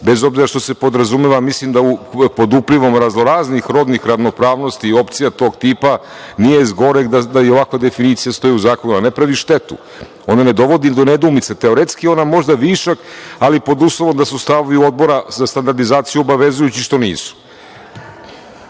bez obzira što se podrazumeva mislim da se pod uplivom raznoraznih rodnih ravnopravnosti i opcija tog tipa nije zgoreg da i ovako definicija stoji u zakonu, ona ne pravi štetu. Ona ne dovodi do nedoumica. Teoretski ona je možda višak, ali pod uslovom da su stavovi Odbora za standardizaciju obavezujući što nisu.